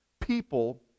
people